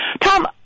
Tom